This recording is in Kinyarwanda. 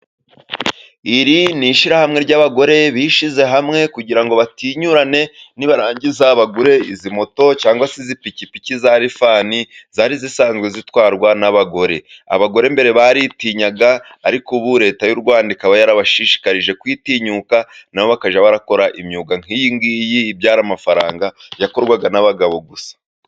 Iri ni ishyirahamwe ry'abagore bishyize hamwe kugira ngo batinyurane, nibarangiza bagure izi moto cyangwa se izi pikipiki za rifani, zari zisanzwe zitwarwa n'abagore. Abagore mbere baritinyaga, ariko ubu leta y'u Rwanda ikaba yarabashishikarije gutinyuka, na bo bakajya bakora imyuga nk'iyi ngiyi ibyara amafaranga yakorwaga n'abagabo gusa.